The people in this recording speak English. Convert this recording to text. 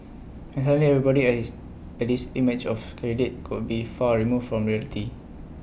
and suddenly everybody IT has has this image of candidate could be far removed from reality